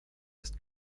ist